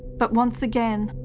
but, once again,